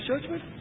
judgment